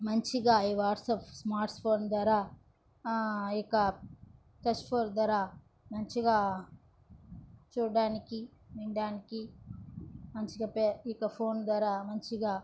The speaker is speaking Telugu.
మంచిగా ఈ వాట్సాప్ స్మార్ట్ ఫోన్ ద్వారా ఇక టచ్ ఫోన్ మంచిగా చూడ్డానికి వినడానికి మంచిగా పే ఇక ఫోన్ ద్వారా మంచిగా